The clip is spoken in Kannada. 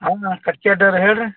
ಹಾಂ ಕಟ್ಕಿ ಅಡ್ಡರೆ ಹೇಳಿ ರೀ